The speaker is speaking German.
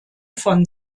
von